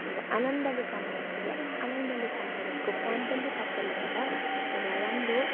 अब आनन्दले काम गर्नु एउटा आनन्दले काम गरेको काम पनि त सफल हुन्छ एउटा राम्रो